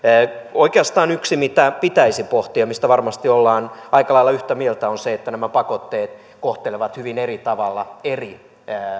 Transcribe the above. oikeastaan yksi mitä pitäisi pohtia ja mistä varmasti ollaan aika lailla yhtä mieltä on se että nämä pakotteet kohtelevat hyvin eri tavalla eri